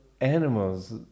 animals